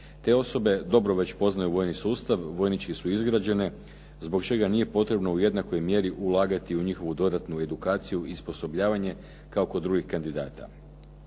Te osobe dobro već poznaju vojni sustav, vojnički su izgrađene zbog čega nije potrebno u jednakoj mjeri ulagati u njihovu dodatnu edukaciju i osposobljavanje kao kod drugih kandidata.